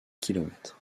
kilomètres